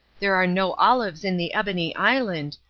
there are no olives in the ebony island,